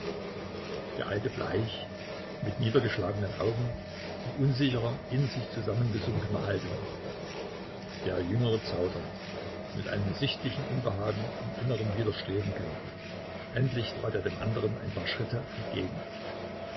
der alte bleich mit niedergeschlagenen augen in unsicherer in sich zusammengesunkener haltung der jüngere zaudernd mit einem sichtlichen unbehagen und innerem widerstreben kämpfend endlich trat er dem andern ein paar schritte entgegen